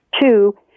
two